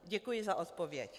Děkuji za odpověď.